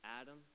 adam